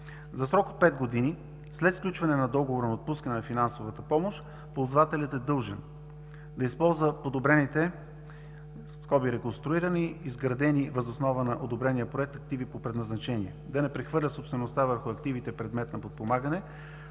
за срок от 5 години след сключване на договора за отпускане на финансовата помощ, ползвателят е длъжен да използва подобрените (реконструирани) и изградени въз основа на одобрения проект активи по предназначение: да не прехвърля собствеността върху активите предмет на подпомагане